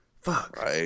Fuck